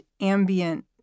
ambient